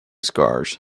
scars